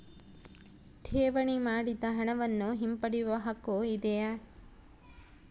ಠೇವಣಿ ಮಾಡಿದ ಹಣವನ್ನು ಹಿಂಪಡೆಯವ ಹಕ್ಕು ಇದೆಯಾ?